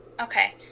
Okay